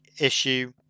issue